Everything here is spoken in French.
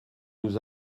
nous